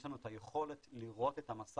יש לנו את היכולת לראות את המסך,